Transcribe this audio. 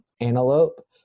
antelope